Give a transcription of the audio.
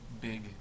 big